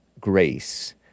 grace